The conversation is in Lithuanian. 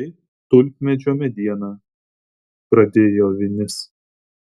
tai tulpmedžio mediena pradėjo vinis